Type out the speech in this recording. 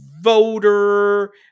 voter